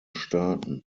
staaten